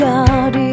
God